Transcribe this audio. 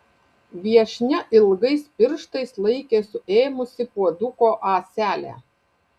viešnia ilgais pirštais laikė suėmusi puoduko ąselę